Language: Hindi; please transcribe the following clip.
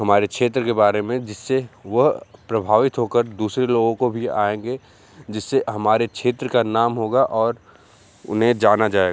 हमारे क्षेत्र के बारे में जिससे वह प्रभावित हो कर दूसरे लोगों को भी आएंगे जिससे हमारे क्षेत्र का नाम होगा और उन्हे जाना जाएगा